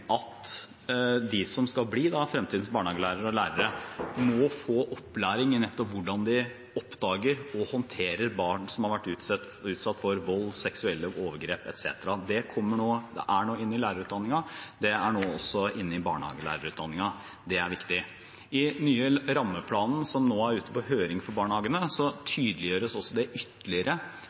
nettopp hvordan de oppdager og håndterer barn som har vært utsatt for vold, seksuelle overgrep etc. Det er nå inne i lærerutdanningen. Det er nå også inne i barnehagelærerutdanningen. Det er viktig. I den nye rammeplanen for barnehagene, som nå er ute på høring, tydeliggjøres det ytterligere at barnehagen har et ansvar nettopp for dette. Jeg mener også